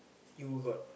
you got